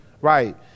Right